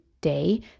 day